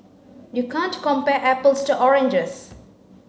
you can't compare apples to oranges